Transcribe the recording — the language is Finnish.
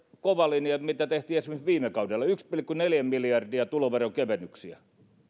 kova linja mitä tehtiin esimerkiksi viime kaudella yksi pilkku neljä miljardia tuloveron kevennyksiä